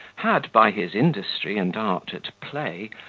had, by his industry and art at play,